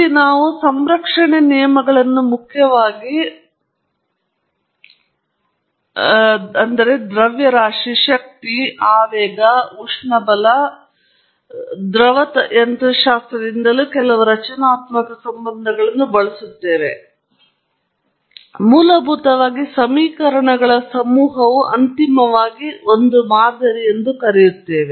ಇಲ್ಲಿ ನಾವು ಸಂರಕ್ಷಣೆ ನಿಯಮಗಳನ್ನು ಮುಖ್ಯವಾಗಿ ದ್ರವ್ಯರಾಶಿ ಶಕ್ತಿ ಆವೇಗ ಮತ್ತು ಉಷ್ಣಬಲ ವಿಜ್ಞಾನ ಮತ್ತು ದ್ರವ ಯಂತ್ರಶಾಸ್ತ್ರದಿಂದಲೂ ಕೆಲವು ರಚನಾತ್ಮಕ ಸಂಬಂಧಗಳನ್ನು ಬಳಸುತ್ತೇವೆ ಮತ್ತು ಮೂಲಭೂತವಾಗಿ ಸಮೀಕರಣಗಳ ಸಮೂಹವು ಅಂತಿಮವಾಗಿ ಒಂದು ಮಾದರಿ ಎಂದು ಕರೆಯುತ್ತೇವೆ